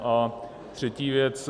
A třetí věc.